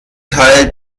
teil